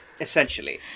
essentially